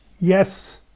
yes